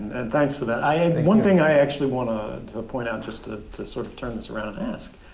and thanks for that. i am the one thing i actually want to to point out just ah to sort of turn this around and ask